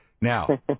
Now